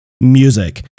music